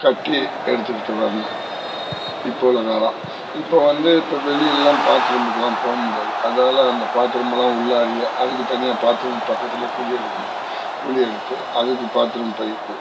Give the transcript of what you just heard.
கட்டி எடுத்துக்கிட்டு வரணும் இப்போ உள்ள காலம் இப்போ வந்து இப்போ வெளிலெலாம் பாத்ரூமுக்கெலாம் போகமுடியாது அதாலே அந்த பாத்ரூமெல்லாம் உள்ளாரையே அதுக்கு தனியாக பாத்ரூம்க்கு பக்கத்திலையே குழியெடுக்கணும் குழியெடுத்து அதுக்கு பாத்ரூம் பைப்பு